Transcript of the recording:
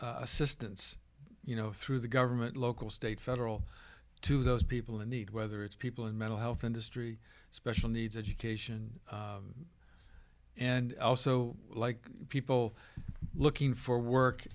assistance you know through the government local state federal to those people in need whether it's people in mental health industry special needs education and also like people looking for